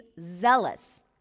zealous